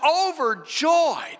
overjoyed